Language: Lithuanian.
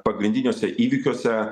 pagrindiniuose įvykiuose